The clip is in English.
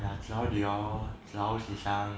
ya 子浩 they all 子浩欣三